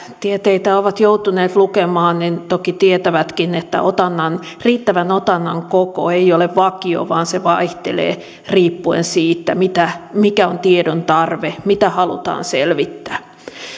ovat joutuneet lukemaan toki tietävätkin että riittävän otannan koko ei ole vakio vaan se vaihtelee riippuen siitä mikä on tiedon tarve mitä halutaan selvittää